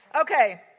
Okay